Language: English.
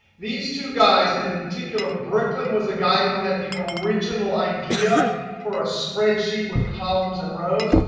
these two guys and in particular, bricklin was the guy who had the original idea for a spreadsheet with columns and rows.